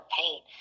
paint